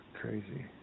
crazy